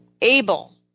able